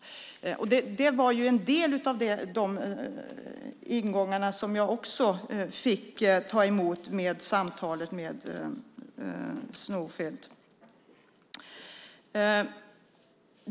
Det var en av de synpunkter som jag fick ta emot vid samtalet med Snofed.